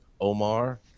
Omar